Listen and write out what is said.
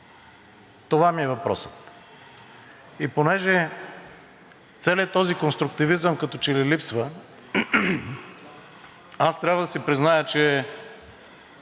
Това ми е въпросът. И понеже целият този конструктивизъм като че ли липсва, аз трябва да си призная, че